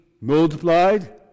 Multiplied